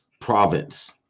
province